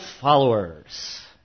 Followers